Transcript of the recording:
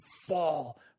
fall